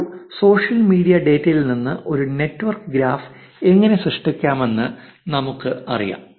ഇപ്പോൾ social media ഡാറ്റയിൽ നിന്ന് ഒരു നെറ്റ്വർക്ക് ഗ്രാഫ് എങ്ങനെ സൃഷ്ടിക്കാമെന്ന് നമുക്കറിയാം